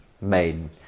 made